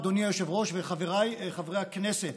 אדוני היושב-ראש וחבריי חברי הכנסת,